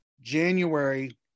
January